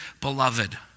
beloved